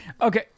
Okay